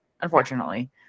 Unfortunately